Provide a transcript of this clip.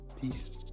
peace